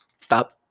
Stop